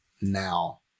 now